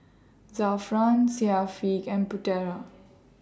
Zafran Syafiq and Putera